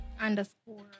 underscore